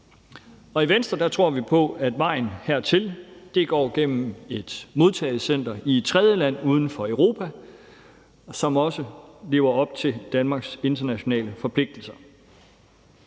I Venstre tror vi på, at vejen hertil går gennem et modtagecenter i et tredjeland uden for Europa, som også lever op til Danmarks internationale forpligtelser.